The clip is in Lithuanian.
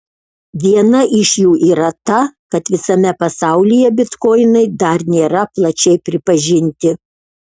viena iš jų yra ta kad visame pasaulyje bitkoinai dar nėra plačiai pripažinti